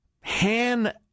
Han